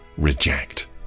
Reject